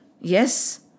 Yes